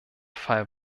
fall